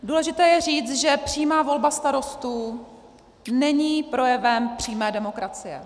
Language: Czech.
Důležité je říci, že přímá volba starostů není projevem přímé demokracie.